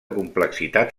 complexitat